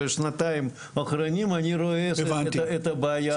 בשנתיים האחרונות אני רואה את הבעיה הזאת,